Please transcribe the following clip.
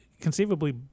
conceivably